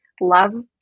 love